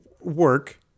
work